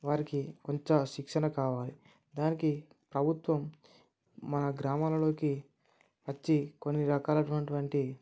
వారికి కొంత శిక్షణ కావాలి దానికి ప్రభుత్వం మన గ్రామాలలోకి వచ్చి కొన్ని రకాలటువంటి